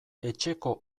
etxeko